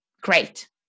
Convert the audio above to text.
great